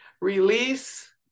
Release